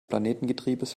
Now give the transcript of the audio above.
planetengetriebes